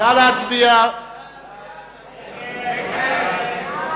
לא קיבלה רוב בכלל.